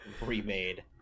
remade